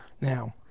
Now